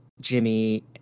Jimmy